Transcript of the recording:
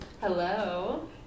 Hello